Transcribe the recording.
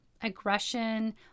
aggression